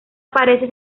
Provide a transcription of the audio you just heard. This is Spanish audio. aparece